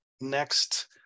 next